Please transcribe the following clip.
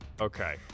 okay